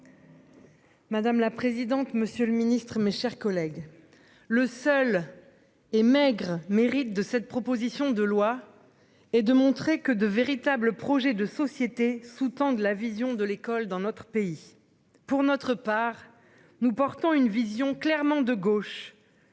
Madame la présidente. Monsieur le Ministre, mes chers collègues. Le seul et maigre mérite de cette proposition de loi et de montrer que de véritable projet de société sous-tendent la vision de l'école dans notre pays, pour notre part, nous portons une vision clairement de gauche,